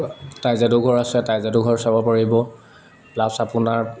তাইজাদু ঘৰ আছে তাইজাদু ঘৰ চাব পাৰিব প্লাছ আপোনাৰ